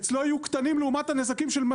אצלו יהיו קטנים לעומת הנזקים של מה